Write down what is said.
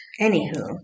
Anywho